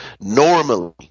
normally